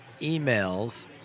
emails